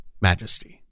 majesty